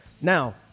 Now